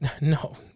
No